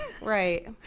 Right